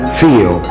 feel